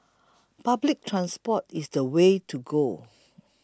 public transport is the way to go